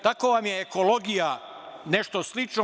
Tako vam je ekologija, nešto slično.